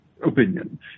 opinion